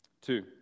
Two